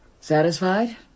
Satisfied